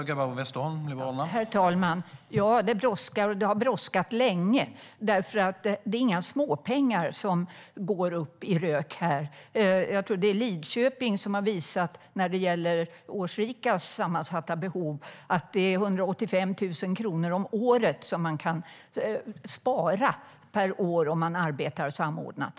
Herr talman! Ja, det brådskar, och det har brådskat länge. Det är inga småpengar som går upp i rök här. Jag tror att det är Lidköping som när det gäller årsrikas sammansatta behov har visat att man kan spara 185 000 kronor om året om man arbetar samordnat.